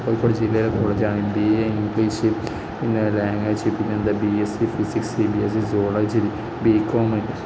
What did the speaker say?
കോഴിക്കോട് ജില്ലയിലെ കോളേജാണ് B A English പിന്നെ ലാംഗ്വേജ് പിന്നെന്താ B S C physics B S C zoology B com